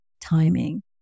timing